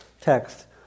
text